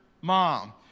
mom